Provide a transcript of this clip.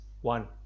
One